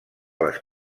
les